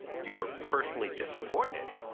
you're personally disappointed,